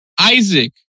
Isaac